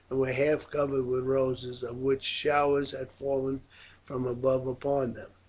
and were half covered with roses, of which showers had fallen from above upon them.